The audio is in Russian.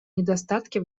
недостатки